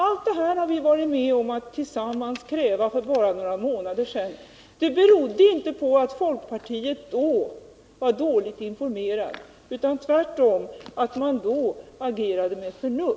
Allt detta har vi varit med om att tillsammans kräva för bara några månader sedan. Det berodde inte på att folkpartiet då var dåligt informerat utan tvärtom på att man då agerade med förnuft.